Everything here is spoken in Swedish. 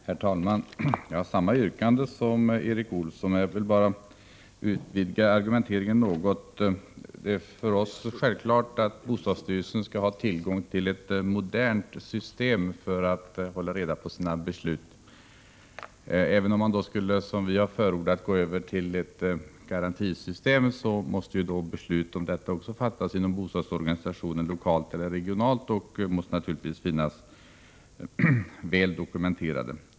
Herr talman! Jag har samma yrkande som Erik Olsson. Jag vill bara utvidga argumenteringen något. Det är för oss självklart att bostadsstyrelsen skall ha tillgång till ett modernt system för att hålla reda på sina beslut. Även om man då, som vi har förordat, skulle gå över till ett garantisystem, måste beslut om detta fattas inom bostadsorganisationen lokalt eller regionalt, och besluten måste naturligtvis finnas väl dokumenterade.